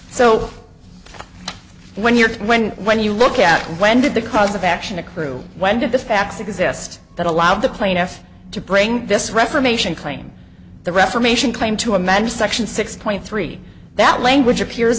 so when you're when when you look at when did the cause of action the crew when did the facts exist that allowed the plaintiff to bring this reformation claim the reformation claim to amend section six point three that language appears